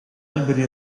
alberi